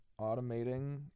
automating